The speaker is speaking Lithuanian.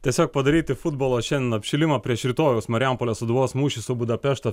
tiesiog padaryti futbolo šiandien apšilimą prieš rytojaus marijampolės sūduvos mūšį su budapešto